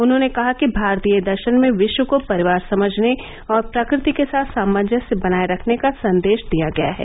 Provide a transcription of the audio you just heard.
उन्होंने कहा कि भारतीय दर्शन में विश्व को परिवार समझने और प्रकृति के साथ सामंजस्य बनाए रखने का संदेश दिया गया है